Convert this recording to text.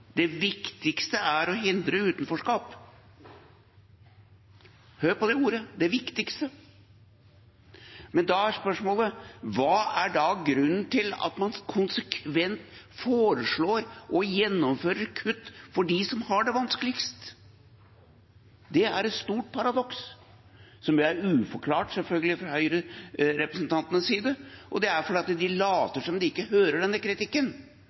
er å hindre utenforskap. Hør på de ordene: «det viktigste». Da er spørsmålet: Hva er da grunnen til at man konsekvent foreslår og gjennomfører kutt for dem som har det vanskeligst? Det er et stort paradoks, som er uforklart, selvfølgelig, fra Høyre-representantenes side. Det er fordi de later som om de ikke hører denne kritikken.